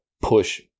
push